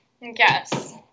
Yes